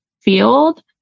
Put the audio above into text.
field